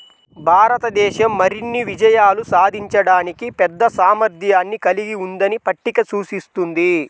భారతదేశం మరిన్ని విజయాలు సాధించడానికి పెద్ద సామర్థ్యాన్ని కలిగి ఉందని పట్టిక సూచిస్తుంది